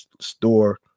store